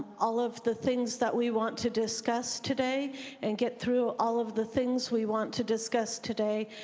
all of the things that we want to discuss today and get through all of the things we want to discuss today,